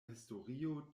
historio